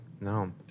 No